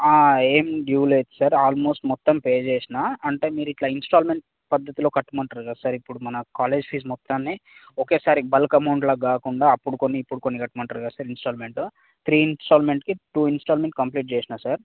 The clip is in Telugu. ఏమి డ్యూ లేదు సార్ ఆల్మోస్ట్ మొత్తం పే చేసిన అంటే మీరు ఇట్లా ఇన్స్టాల్మెంట్ పద్ధతిలో కట్టమంటారు కదా సార్ ఇప్పుడు మన కాలేజ్ ఫీజ్ మొత్తాన్ని ఒకేసారి బల్క్ అమౌంట్లాగా కాకుండా అప్పుడు కొన్ని ఇప్పుడు కొన్ని కట్టమంటారు కదా సార్ ఇన్స్టాల్మెంట్లో త్రీ ఇన్స్టాల్మెంట్కి టూ ఇన్స్టాల్మెంట్ కంప్లీట్ చేసిన సార్